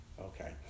Okay